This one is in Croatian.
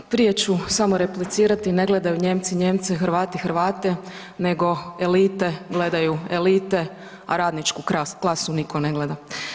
Prije ću samo replicirati, ne gledaju Nijemci Nijemce, Hrvati Hrvate, nego elite gledaju elite, a radničku klasu niko ne gleda.